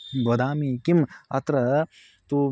वदामि किम् अत्र तु